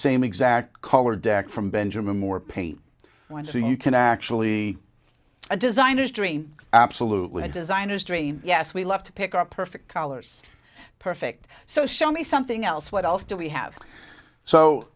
same exact color deck from benjamin moore paint one so you can actually designers dream absolutely designers dream yes we love to pick our perfect colors perfect so show me something else what else do we have so